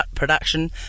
production